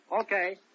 Okay